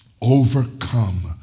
Overcome